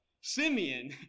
Simeon